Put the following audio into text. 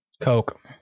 Coke